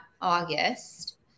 August